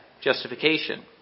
justification